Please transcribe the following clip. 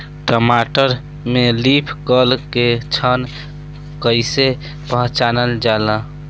टमाटर में leaf curl के लक्षण कइसे पहचानल जाला?